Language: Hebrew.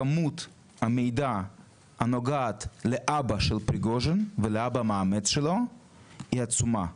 כמות המידע הנוגע לאבא של פריגוז'ין ולאבא המאמץ שלו היא עצומה,